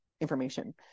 information